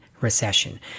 recession